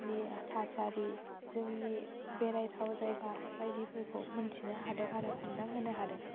नि थासारि जोंनि बेरायथाव जायगा बायदिफोरखौ मोन्थिनो हादों आरो हमदां होनो हादों